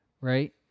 right